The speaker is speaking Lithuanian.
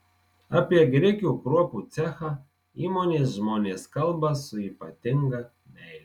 apie grikių kruopų cechą įmonės žmonės kalba su ypatinga meile